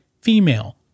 female